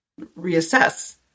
reassess